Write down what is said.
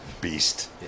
beast